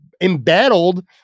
embattled